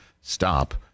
stop